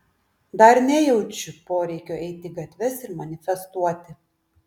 dar nejaučiu poreikio eiti į gatves ir manifestuoti